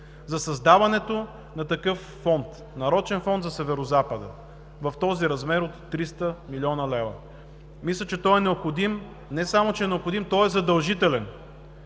за създаването на такъв фонд – нарочен фонд за Северозапада, в този размер от 300 млн. лв. Мисля, че той не само е необходим, той е задължителен.